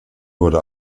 wurde